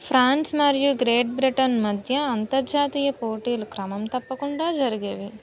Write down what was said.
France మరియు Great Britain మధ్య అంతర్జాతీయ పోటీలు క్రమం తప్పకుండా జరిగేవి